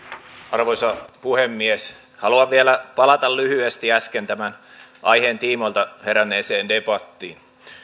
arvoisa puhemies haluan vielä palata lyhyesti äsken tämän aiheen tiimoilta heränneeseen debattiin